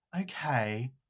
okay